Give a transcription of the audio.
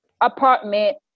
apartment